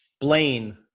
Blaine